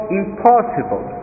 impossible